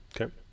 Okay